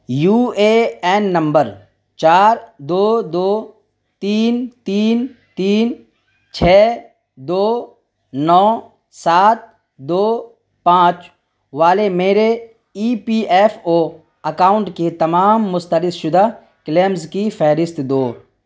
you A N نمبر چار دو دو تین تین تین چھ دو نو سات دو پانچ والے میرے E P F O account کے تمام مسترد شدہ کلیمز کی فہرست دو